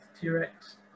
T-Rex